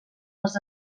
les